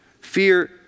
Fear